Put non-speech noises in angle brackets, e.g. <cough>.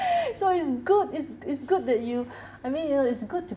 <breath> so it's good it's it's good that you <breath> I mean you know it's good to